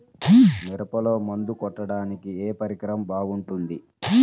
మిరపలో మందు కొట్టాడానికి ఏ పరికరం బాగుంటుంది?